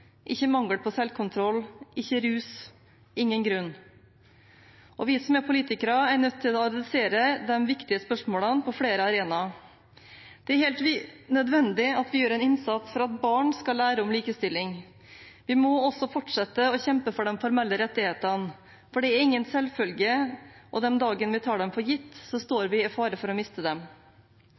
ikke mangel på selvkontroll, ikke rus – ingen grunn. Og vi som er politikere, er nødt til å ta tak i de viktige spørsmålene på flere arenaer. Det er helt nødvendig at vi gjør en innsats for at barn skal lære om likestilling. Vi må også fortsette å kjempe for de formelle rettighetene, for de er ingen selvfølge, og den dagen vi tar dem for gitt, står vi å fare for å miste dem.